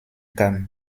kam